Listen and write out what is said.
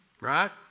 Right